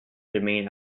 remain